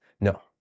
No